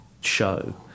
show